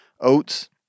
Oats